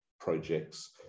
projects